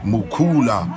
Mukula